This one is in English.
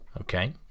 Okay